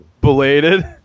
Belated